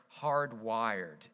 hardwired